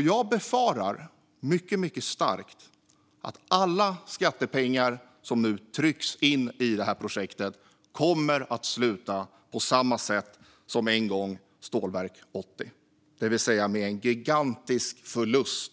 Jag befarar mycket starkt att alla de skattepengar som nu trycks in i projektet kommer att sluta på samma sätt som det en gång gjorde för Stålverk 80, det vill säga med en gigantisk förlust